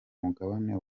mugabane